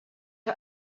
que